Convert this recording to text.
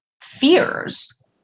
fears